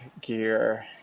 gear